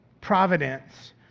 providence